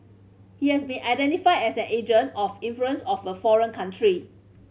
he has been identified as an agent of influence of a foreign country